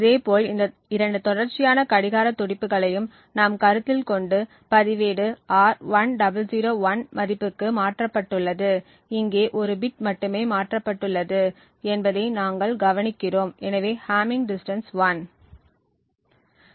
இதேபோல் இந்த இரண்டு தொடர்ச்சியான கடிகார துடிப்புகளையும் நாம் கருத்தில் கொண்டு பதிவுவேடு R 1001 மதிப்புக்கு மாற்றப்பட்டுள்ளது இங்கே ஒரு பிட் மட்டுமே மாற்றப்பட்டுள்ளது என்பதை நாங்கள் கவனிக்கிறோம் எனவே ஹம்மிங் டிஸ்டன்ஸ் 1